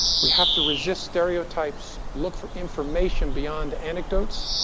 we have to resist stereotypes, look for information beyond anecdotes,